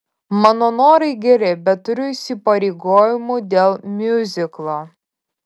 mano norai geri bet turiu įsipareigojimų dėl miuziklo